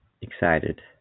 excited